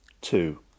two